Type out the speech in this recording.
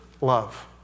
Love